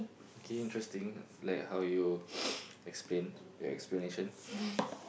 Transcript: K interesting like how you explain your explanation